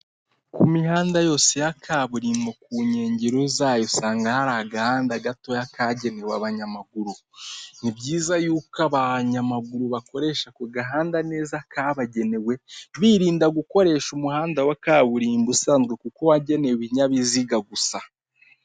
Ku mihanda yose ya kaburimbo ku nkengero zayo usanga hari agahanda gatoya kagenewe abanyamaguru ni byiza y'uko abanyamaguru bakoresha ako gahanda neza kabagenewe birinda gukoresha umuhanda wa kaburimbo usanzwe kuko wagenewe ibinyabiziga gusa.